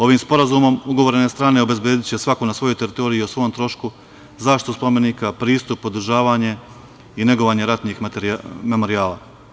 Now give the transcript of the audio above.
Ovim Sporazumom ugovorne strane obezbediće, svako na svojoj teritoriji i o svom trošku zaštitu spomenika, pristup, održavanje i negovanje ratnih memorijala.